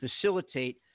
facilitate